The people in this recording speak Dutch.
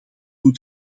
toe